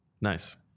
Nice